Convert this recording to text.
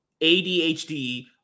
ADHD